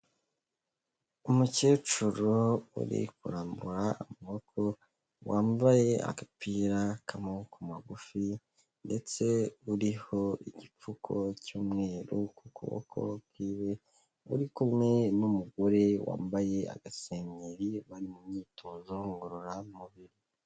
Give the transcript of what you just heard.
Umukecuru uri kurambura amaboko, wambaye agapira k'amaboko magufi ndetse uriho igipfuko cy'umweru ku kuboko kw'iwe, uri kumwe n'umugore wambaye agasengeri bari mu myitozo ngororamubiri.